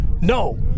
no